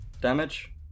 damage